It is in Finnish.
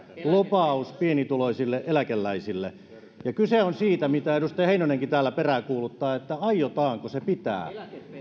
lupaus pienituloisille eläkeläisille ja kyse on siitä mitä edustaja heinonenkin täällä peräänkuuluttaa että aiotaanko se pitää